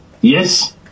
Yes